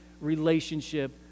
relationship